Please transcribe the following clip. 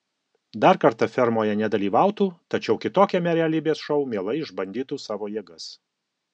dar kartą fermoje nedalyvautų tačiau kitokiame realybės šou mielai išbandytų savo jėgas